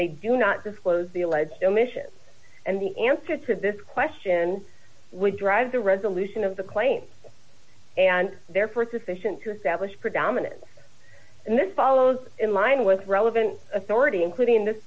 they do not disclose the alleged omissions and the answer to this question would drive the resolution of the claims and therefore sufficient to establish predominant in this follows in line with relevant authority including this